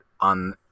on